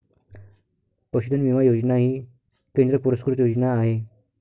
पशुधन विमा योजना ही केंद्र पुरस्कृत योजना आहे